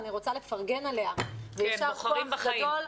אני רוצה לפרגן עליה ויישר כוח גדול,